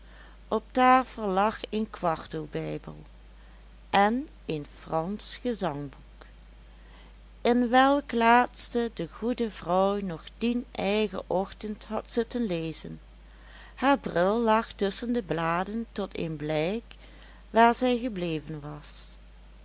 op tafel lag een kwarto bijbel en een fransch gezangboek in welk laatste de goede vrouw nog dien eigen ochtend had zitten lezen haar bril lag tusschen de bladen tot een blijk waar zij gebleven was